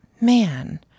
man